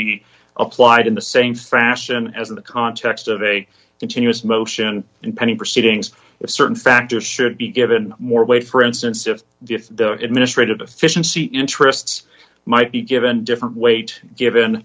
be applied in the same fashion as in the context of a continuous motion and many proceedings of certain factors should be given more weight for instance if the if the administrative deficiency interests might be given different weight given